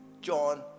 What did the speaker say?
John